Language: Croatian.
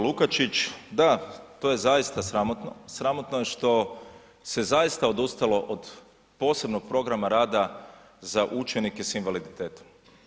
Lukačić, da, to je zaista sramotno, sramotno je što se zaista odustalo od posebnog programa rada za učenike sa invaliditetom.